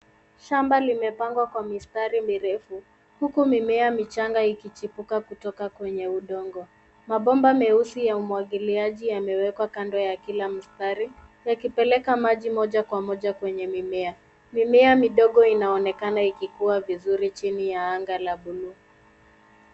Shamba limepangwa kwa mistari mirefu. Huku mimea michanga ikichipuka kutoka kwenye udongo. Mabomba meusi ya umwagiliaji yamewekwa kando ya kila mstari, yakipeleka maji moja kwa moja kwenye mimea. Mimea midogo inaonekana ikikua vizuri chini ya anga la buluu.